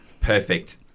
Perfect